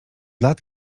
lat